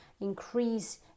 increase